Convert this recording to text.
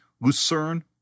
Lucerne